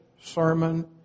sermon